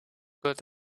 good